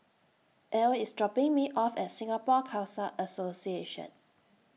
Ely IS dropping Me off At Singapore Khalsa Association